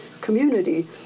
community